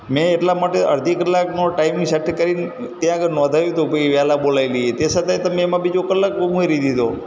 મેં એટલા માટે અડધી કલાકનો ટાઈમીંગ સેટ કરીને ત્યાં આગળ નોંધાયું હતું ભાઈ વહેલા બોલાવી લઈએ તે છતાં તમે બીજો કલાક ઉમેરી દીધો